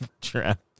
trap